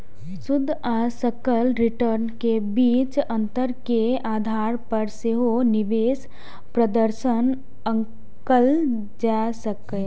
शुद्ध आ सकल रिटर्न के बीच अंतर के आधार पर सेहो निवेश प्रदर्शन आंकल जा सकैए